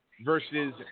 versus